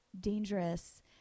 dangerous